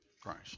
Christ